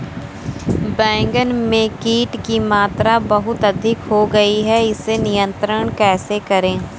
बैगन में कीट की मात्रा बहुत अधिक हो गई है इसे नियंत्रण कैसे करें?